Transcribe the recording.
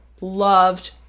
loved